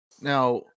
Now